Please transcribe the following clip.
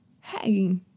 hey